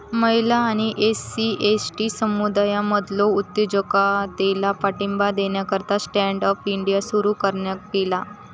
महिला आणि SC, ST समुदायांमधलो उद्योजकतेला पाठिंबा देण्याकरता स्टँड अप इंडिया सुरू करण्यात ईला